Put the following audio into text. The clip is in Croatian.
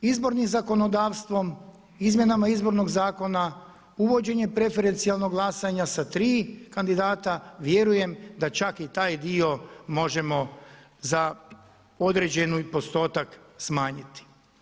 Izbornim zakonodavstvom izmjenama Izbornog zakona, uvođenjem periferijalnog glasanja sa tri kandidata, vjerujem da čak i taj dio možemo za određeni postotak smanjiti.